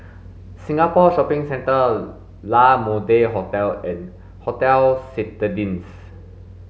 Singapore Shopping Centre La Mode Hotel and Hotel Citadines